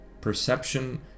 perception